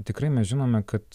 tikrai mes žinome kad